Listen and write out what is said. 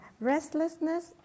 restlessness